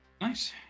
nice